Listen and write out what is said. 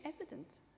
evident